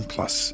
Plus